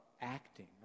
acting